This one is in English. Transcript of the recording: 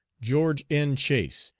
george n. chase,